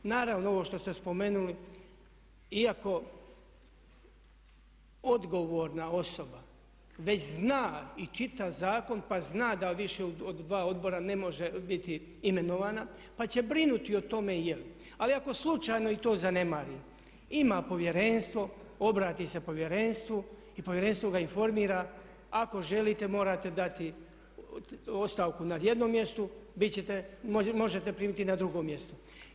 Naravno ovo što ste spomenuli iako odgovorna osoba već zna i čita zakon pa zna da više od 2 odbora ne može biti imenovana pa će brinuti o tome … ali ako slučajno i to zanemari ima povjerenstvo, obrati se povjerenstvu i povjerenstvo ga informira ako želite morate dati ostavku na jednom mjestu, možete primiti na drugom mjestu.